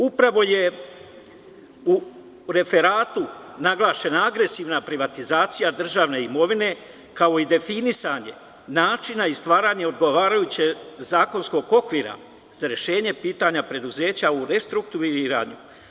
Upravo je u referatu naglašena agresivna privatizacija državne imovine, kao i definisanje načina i stvaranje odgovarajućeg zakonskog okvira za rešenje pitanja preduzeća u restrukturiranju.